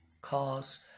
cars